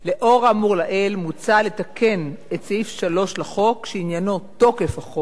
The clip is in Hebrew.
לאור האמור לעיל מוצע לתקן את סעיף 3 לחוק שעניינו תוקף החוק,